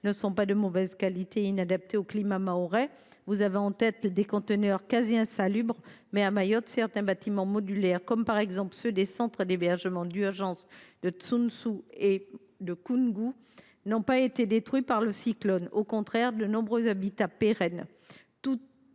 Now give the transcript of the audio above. ne sont pas de mauvaise qualité et inadaptés au climat mahorais. Vous avez en tête des conteneurs quasi insalubres, mais, à Mayotte, certains bâtiments modulaires, comme ceux des centres d’hébergement d’urgence de Tsoundzou et de Koungou, n’ont pas été détruits par le cyclone, au contraire de nombreux habitats pérennes.